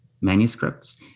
manuscripts